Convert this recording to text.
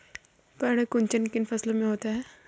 पर्ण कुंचन किन फसलों में होता है?